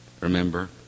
Remember